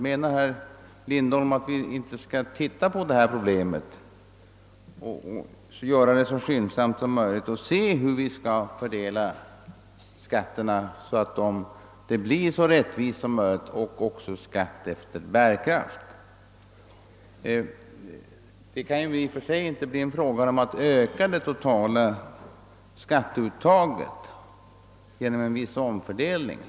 Menar herr Lindholm att vi inte så skyndsamt som möjligt skall undersöka saken för att se hur vi kan fördela skatterna så att de blir så rättvisa som möjligt och uttas efter bärkraft? Det är i och för sig inte fråga om att öka det totala skatteuttaget genom en viss omfördelning.